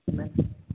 okay ma'am